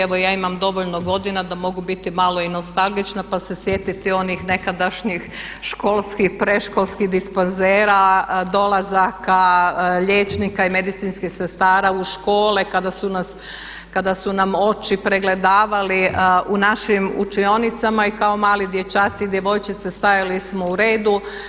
Evo ja imam dovoljno godina da mogu biti malo i nostalgična pa se sjetiti onih nekadašnjih školskih, predškolskih dispanzera, dolazaka liječnika i medicinskih sestara u škole kada su nam oči pregledavali u našim učionicama i kao mali dječaci i djevojčice stajali smo u redu.